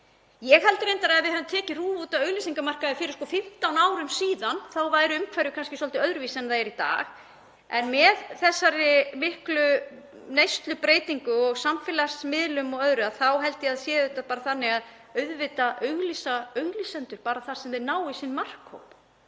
Ég held reyndar að ef við hefðum tekið RÚV út af auglýsingamarkaði fyrir 15 árum síðan væri umhverfið kannski svolítið öðruvísi en það er í dag. En með þessari miklu neyslubreytingu og samfélagsmiðlum og öðru þá held ég að auðvitað auglýsi auglýsendur bara þar sem þeir ná í sinn markhóp.